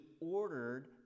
ordered